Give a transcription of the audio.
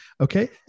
Okay